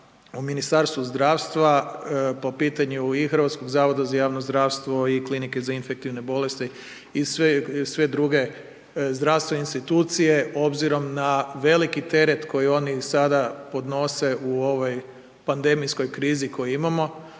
u Ministarstvu zdravstva po pitanju i HZJZ-a i Klinike za infektivne bolesti i sve druge zdravstvene institucije obzirom na veliki teret koji oni sada podnose u ovoj pandemijskoj krizi koju imamo.